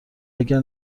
اگه